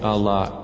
Allah